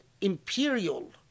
imperial